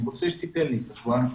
אני רוצה שתיתן לי את השבועיים,